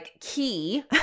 key